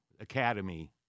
Academy